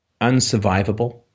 unsurvivable